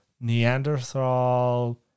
Neanderthal